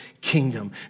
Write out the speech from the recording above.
kingdom